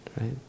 right